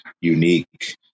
unique